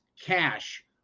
cash